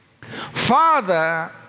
Father